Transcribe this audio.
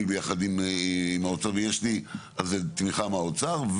ביחד עם האוצר ויש לי תמיכה מהאוצר,